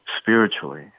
spiritually